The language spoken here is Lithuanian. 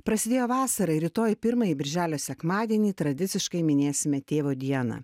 prasidėjo vasara rytoj pirmąjį birželio sekmadienį tradiciškai minėsime tėvo dieną